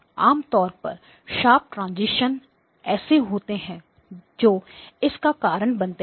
आमतौर पर sharp transition ऐसे होते हैं जो इसका कारण बनते हैं